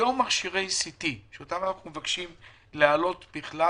היום מכשירי CT שאותם אנחנו מבקשים להעלות בכלל